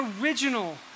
original